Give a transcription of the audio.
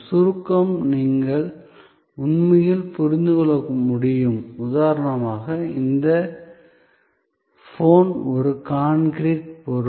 சுருக்கம் நீங்கள் உண்மையில் புரிந்து கொள்ள முடியும் உதாரணமாக இந்த போன் ஒரு கான்கிரீட் பொருள்